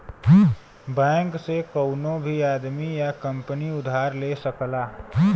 bank से कउनो भी आदमी या कंपनी उधार ले सकला